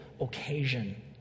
occasion